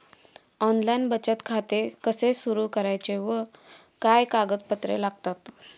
Online बचत खाते कसे सुरू करायचे व काय कागदपत्रे लागतात?